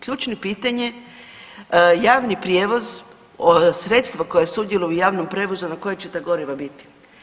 Ključno pitanje, javni prijevoz, sredstva koja sudjeluju u javnom prijevoz na koja će ta goriva biti?